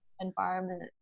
environment